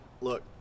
Look